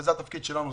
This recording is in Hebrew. וזה התפקיד שלנו,